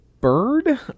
Bird